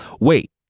Wait